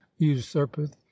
usurpeth